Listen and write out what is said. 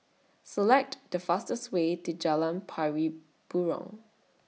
Select The fastest Way to Jalan Pari Burong